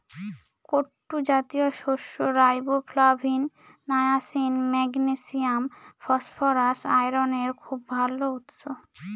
কুট্টু জাতীয় শস্য riboflavin, niacin, magnesium, phosphorus, আয়রনের খুব ভাল উৎস